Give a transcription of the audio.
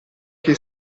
che